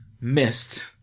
missed